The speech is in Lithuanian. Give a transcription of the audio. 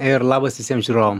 ir labas visiem žiūrovam